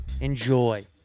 Enjoy